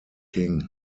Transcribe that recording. king